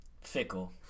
fickle